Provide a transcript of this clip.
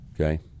Okay